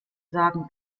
sagen